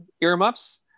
earmuffs